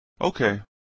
Okay